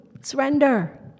Surrender